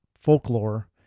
folklore